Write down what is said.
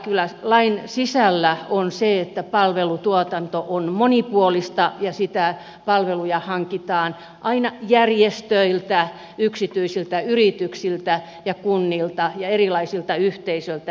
kyllä lain sisällä on se että palvelutuotanto on monipuolista ja niitä palveluja hankitaan aina järjestöiltä yksityisiltä yrityksiltä ja kunnilta ja erilaisilta yhteisöiltä